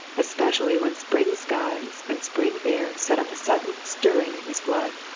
especially when spring skies and spring air set up a sudden stirring in his blood.